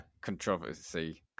controversy